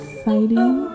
fighting